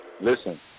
Listen